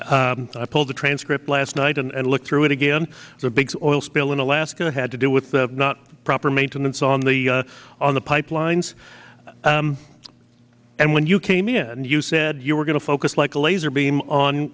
year i pulled the transcript last night and look through it again the big oil spill in alaska had to do with the not proper maintenance on the on the pipelines and and when you came in and you said you were going to focus like a laser beam on